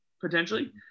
potentially